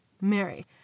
Mary